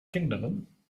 kinderen